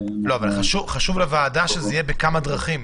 חשוב לוועדה שזה יהיה בכמה דרכים